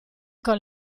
con